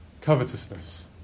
covetousness